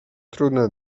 trudne